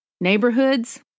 neighborhoods